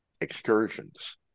excursions